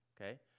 okay